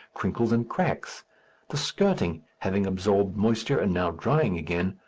crinkles and cracks the skirting, having absorbed moisture and now drying again,